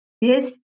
yes